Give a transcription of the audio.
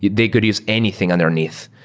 yeah they could use anything underneath.